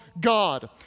God